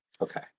Okay